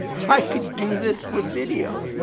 i could do this with video.